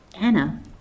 Anna